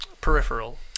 peripheral